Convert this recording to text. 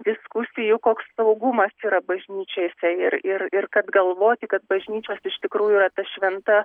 diskusijų koks saugumas yra bažnyčiose ir ir ir kad galvoti kad bažnyčios iš tikrųjų yra ta šventa